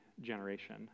generation